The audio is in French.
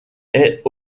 est